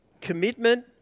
commitment